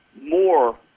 more